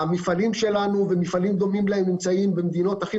המפעלים שלנו ומפעלים דומים להם נמצאים במדינות הכי